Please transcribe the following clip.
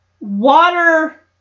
water